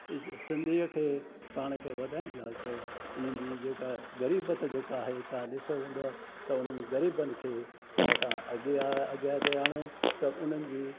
सिंधीअ खे पाण खे वधाइनि लाइ त उन जी जेका ग़रीबत जेका आहे तव्हां ॾिसो वेंदो त उननि ग़रीबनि खे त तव्हां अॻियां अॻियां ते आरिणो त उन्हनि जी